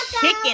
chicken